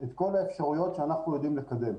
את כל האפשרויות שאנחנו יודעים לקדם.